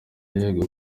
yego